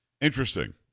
Interesting